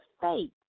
faith